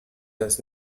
does